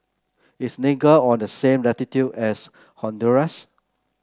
is Niger on the same latitude as Honduras